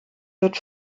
wird